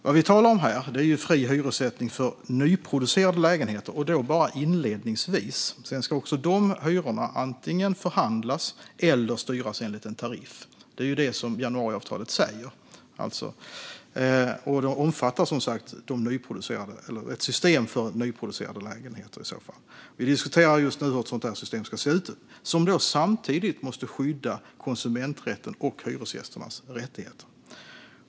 Vad vi talar om här är fri hyressättning för nyproducerade lägenheter och då bara inledningsvis. Sedan ska också de hyrorna antingen förhandlas eller styras enligt en tariff. Det är ju det som januariavtalet säger. Det omfattar som sagt ett system för nyproducerade lägenheter. Vi diskuterar just nu hur ett sådant system ska se ut. Det måste samtidigt skydda konsumenträtten och hyresgästernas rättigheter.